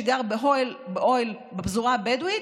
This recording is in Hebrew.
גר בפזורה הבדואית,